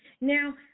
Now